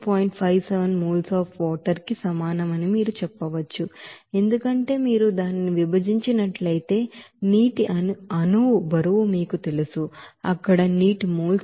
57 mole of water కి సమానమని మీరు చెప్పవచ్చు ఎందుకంటే మీరు దానిని విభజించినట్లయితే నీటి ಮೊಲೆಕ್ಯುಲರ್ ವೆಯಿಟ್ మీకు తెలుసు అక్కడ నీటి మోల్స్